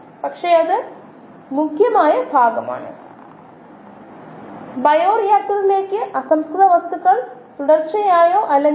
എല്ലാവർക്കുമായി ഊർജ്ജം ആവശ്യമാണ് അത്തരം പ്രക്രിയകൾ അവ മെറ്റബോളിസം ആണ് ഗതാഗതം ജനിതക പരിവർത്തനം ജനിതക പ്രക്രിയകൾ തുടങ്ങിയവയെ സെൽ മെയിന്റനൻസ് എന്ന് വിളിക്കുന്നു